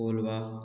Colva